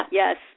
yes